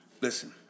Listen